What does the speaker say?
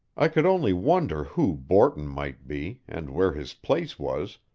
i could only wonder who borton might be, and where his place was,